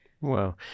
Wow